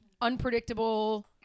unpredictable